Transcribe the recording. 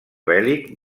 bèl·lic